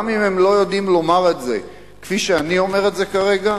גם אם הם לא יודעים לומר את זה כפי שאני אומר את זה כרגע,